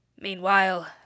Meanwhile